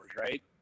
right